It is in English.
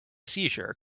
seizure